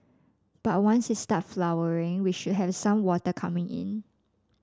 but once it starts flowering we should have some water coming in